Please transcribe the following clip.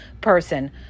person